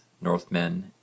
Northmen